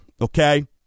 okay